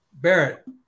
Barrett